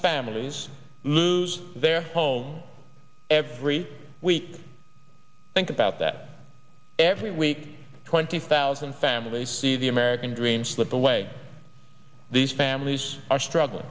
families lose their homes every we think about that every week twenty thousand families see the american dream slip away these families are struggling